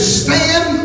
stand